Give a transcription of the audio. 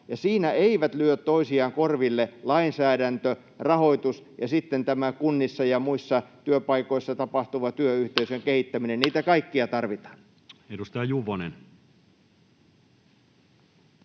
siinä eivät lyö toisiaan korville lainsäädäntö, rahoitus ja sitten tämä kunnissa ja muissa työpaikoissa tapahtuva työyhteisön kehittäminen, niitä kaikkia tarvitaan. [Speech